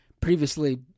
previously